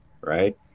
right